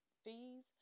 Fees